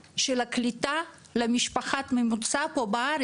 זה עדיין בבחינה מאחר שכל העולים מתמודדים עם הבעיות.